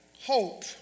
hope